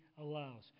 allows